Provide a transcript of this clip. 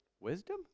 Wisdom